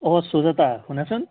অ' সুজাতা শুনাচোন